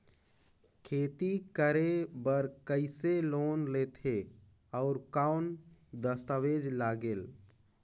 खेती करे बर कइसे लोन लेथे और कौन दस्तावेज लगेल?